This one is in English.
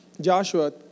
Joshua